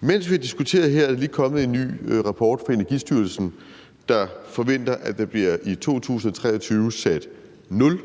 Mens vi har diskuteret her, er der lige kommet en ny rapport fra Energistyrelsen, hvori man forventer, at der i 2023 bliver sat nul